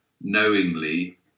knowingly